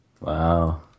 Wow